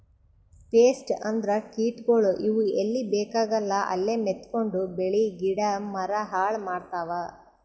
pest ಅಂದ್ರ ಕೀಟಗೋಳ್, ಇವ್ ಎಲ್ಲಿ ಬೇಕಾಗಲ್ಲ ಅಲ್ಲೇ ಮೆತ್ಕೊಂಡು ಬೆಳಿ ಗಿಡ ಮರ ಹಾಳ್ ಮಾಡ್ತಾವ್